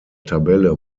tabelle